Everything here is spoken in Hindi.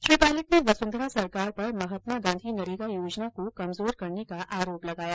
श्री पायलट ने वसुंधरा सरकार पर महात्मा गांधी नरेगा योजना को कमजोर करने का आरोप लगाया